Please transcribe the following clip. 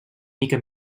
mica